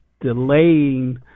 delaying